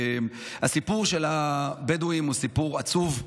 הסיפור של הבדואים הוא סיפור עצוב,